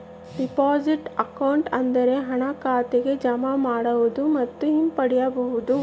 deposit account ಅಂದ್ರೆ ಹಣನ ಖಾತೆಗೆ ಜಮಾ ಮಾಡೋದು ಮತ್ತು ಹಿಂಪಡಿಬೋದು